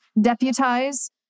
deputize